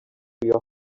your